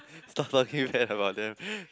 start talking bad about them